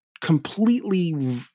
completely